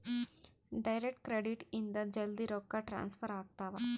direct credit ಇಂದ ಜಲ್ದೀ ರೊಕ್ಕ ಟ್ರಾನ್ಸ್ಫರ್ ಆಗ್ತಾವ